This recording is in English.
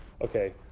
okay